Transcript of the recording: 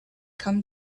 come